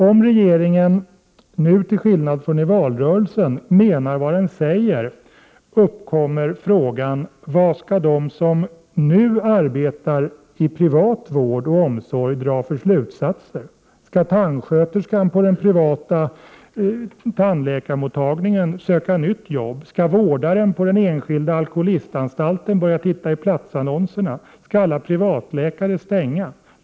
Om regeringen — nu till skillnad från i valrörelsen — menar vad den säger, uppkommer frågan: Vad skall de som nu arbetar privat i vård och omsorg dra för slutsatser? Skall tandsköterskan på den privata tandläkarmottagningen söka nytt jobb? Skall vårdaren på den enskilda alkoholistanstalten börja titta i platsannonserna? Skall alla privatläkare stänga?